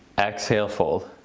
exhale fold.